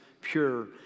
pure